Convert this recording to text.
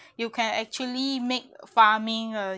you can actually make farming